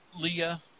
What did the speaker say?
leah